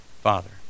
Father